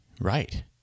Right